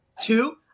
Two